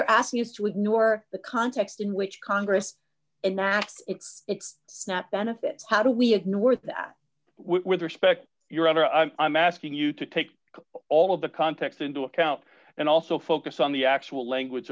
you're asking us to ignore the context in which congress enacts its snap benefits how do we ignore that with respect your honor i'm i'm asking you to take all of the context into account and also focus on the actual language